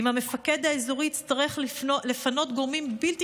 אם המפקד האזורי יצטרך לפנות גורמים בלתי